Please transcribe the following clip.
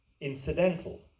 incidental